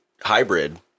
Hybrid